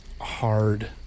hard